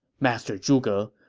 master zhuge,